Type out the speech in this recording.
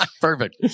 Perfect